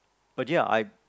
but ya I